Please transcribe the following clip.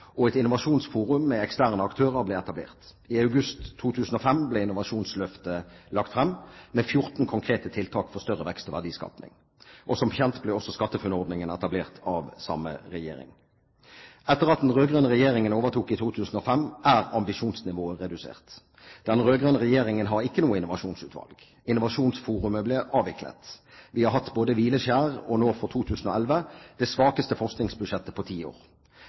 og et innovasjonsforum med eksterne aktører ble etablert. I august 2005 ble Innovasjonsløftet lagt frem, med 14 konkrete tiltak for større vekst og verdiskaping. Som kjent ble også SkatteFUNN-ordningen etablert av den samme regjeringen. Etter at den rød-grønne regjeringen overtok i 2005, er ambisjonsnivået redusert. Den rød-grønne regjeringen har ikke noe innovasjonsutvalg. Innovasjonsforumet ble avviklet. Vi har hatt hvileskjær, og har nå, for 2011, det svakeste forskningsbudsjettet på ti år.